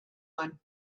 one